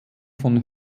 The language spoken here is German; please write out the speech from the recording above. von